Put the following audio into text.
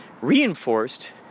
reinforced